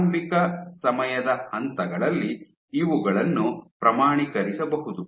ಆರಂಭಿಕ ಸಮಯದ ಹಂತಗಳಲ್ಲಿ ಇವುಗಳನ್ನು ಪ್ರಮಾಣೀಕರಿಸಬಹುದು